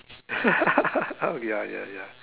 ah ya ya ya